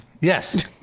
Yes